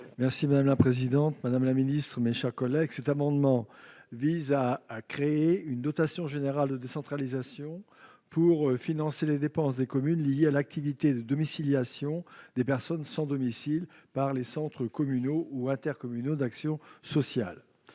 est ainsi libellé : La parole est à M. Yves Daudigny. Cet amendement vise à créer une dotation générale de décentralisation pour financer les dépenses des communes liées à l'activité de domiciliation des personnes sans domicile par les centres communaux ou intercommunaux d'action sociale,